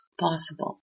possible